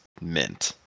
mint